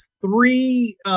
three